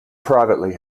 privately